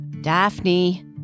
Daphne